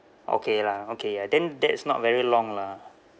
okay lah okay ya then that's not very long lah